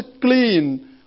clean